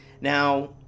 now